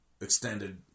extended